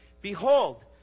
Behold